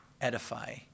edify